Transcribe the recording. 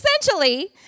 essentially